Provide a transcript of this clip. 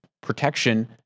protection